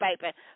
baby